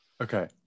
Okay